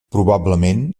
probablement